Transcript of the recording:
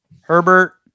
Herbert